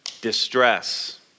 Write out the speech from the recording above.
distress